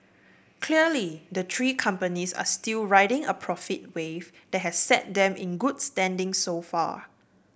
clearly the three companies are still riding a profit wave that has set them in good standing so far